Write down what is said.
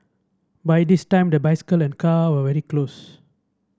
by this time the bicycle and car were very close